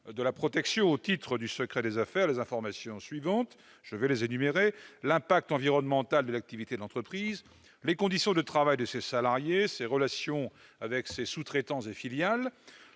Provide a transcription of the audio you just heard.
de la protection au titre du secret des affaires les informations suivantes : l'impact environnemental de l'activité de l'entreprise, les conditions de travail de ses salariés, ses relations avec ses sous-traitants et ses filiales,